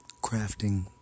crafting